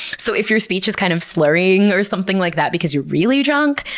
so if your speech is kind of slurring or something like that because you're really drunk,